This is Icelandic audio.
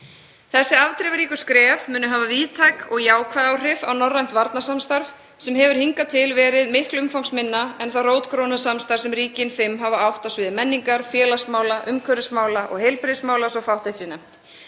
Þessi afdrifaríku skref munu hafa víðtæk og jákvæð áhrif á norrænt varnarsamstarf sem hefur hingað til verið miklu umfangsminna en það rótgróna samstarf sem ríkin fimm hafa átt á sviði menningar, félagsmála, umhverfismála og heilbrigðismála, svo fátt eitt